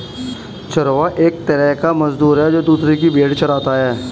चरवाहा एक तरह का मजदूर है, जो दूसरो की भेंड़ चराता है